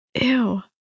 ew